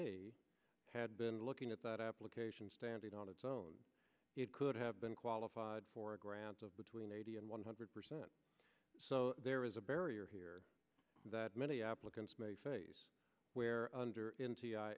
i had been looking at that application standing on its own it could have been qualified for a grant of between eighty and one hundred percent so there is a barrier here that many applicants may face where under